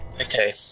Okay